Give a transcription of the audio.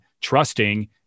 trusting